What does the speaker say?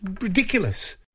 ridiculous